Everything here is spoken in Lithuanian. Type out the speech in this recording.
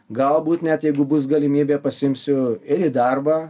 galbūt net jeigu bus galimybė pasiimsiu ir į darbą